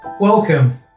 Welcome